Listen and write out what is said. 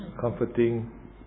comforting